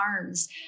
arms